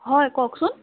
হয় কওকচোন